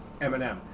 Eminem